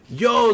yo